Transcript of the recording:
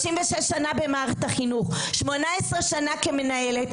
36 שנה במערכת החינוך; 18 שנה כמנהלת,